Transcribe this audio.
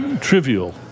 trivial